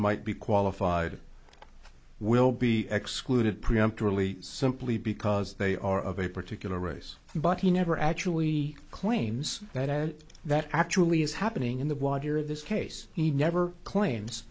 might be qualified will be excluded preempt really simply because they are of a particular race but he never actually claims that that actually is happening in the water this case he never claims